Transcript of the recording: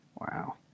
Wow